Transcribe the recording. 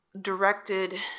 directed